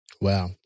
Wow